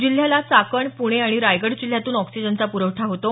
जिल्ह्याला चाकण पुणे आणि रायगड जिल्ह्यातून ऑक्सिजनचा प्रवठा होतो